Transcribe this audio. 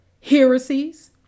heresies